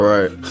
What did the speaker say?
Right